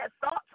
thoughts